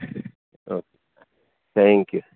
okay thank you